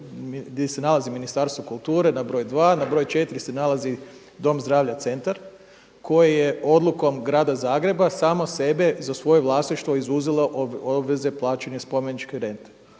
gdje se nalazi Ministarstvo kulture na broj dva. Na broj četiri se nalazi Dom zdravlja Centar koji je odlukom grada Zagreba samo sebe za svoje vlasništvo izuzelo od obveze plaćanja spomeničke rente.